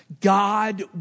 God